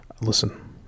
Listen